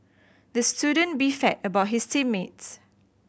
the student beefed about his team mates